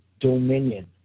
dominion